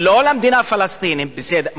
לא למדינה פלסטינית, בסדר.